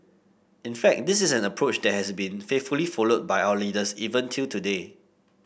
in fact this is an approach that has been faithfully followed by our leaders even till today